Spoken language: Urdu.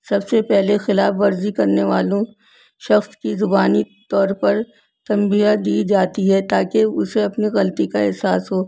سب سے پہلے خلاف ورزی کرنے والوں شخص کی زبانی طور پر تنبیہ دی جاتی ہے تاکہ اسے اپنی غلطی کا احساس ہو